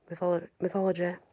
mythology